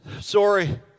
sorry